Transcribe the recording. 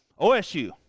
OSU